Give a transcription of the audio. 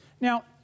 Now